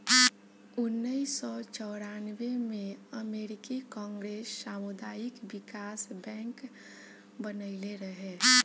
उनऽइस सौ चौरानबे में अमेरिकी कांग्रेस सामुदायिक बिकास बैंक बनइले रहे